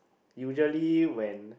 usually when